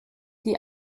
die